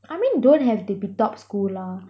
I mean don't have to be top school lah